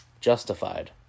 Justified